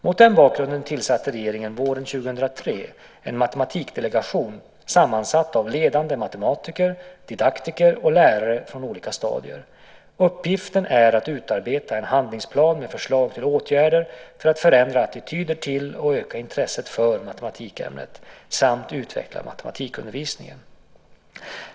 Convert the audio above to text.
Mot den bakgrunden tillsatte regeringen våren 2003 en matematikdelegation sammansatt av ledande matematiker, didaktiker och lärare från olika stadier. Uppgiften är att utarbeta en handlingsplan med förslag till åtgärder för att förändra attityder till och öka intresset för matematikämnet samt utveckla matematikundervisningen.